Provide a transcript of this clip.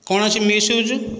କୌଣସି ମିସୟୁଜ୍